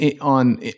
on